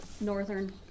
Northern